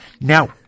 Now